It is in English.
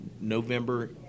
November